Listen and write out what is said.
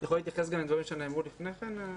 אני יכול להתייחס גם לדברים שנאמרו לפני כן?